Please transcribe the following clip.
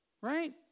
right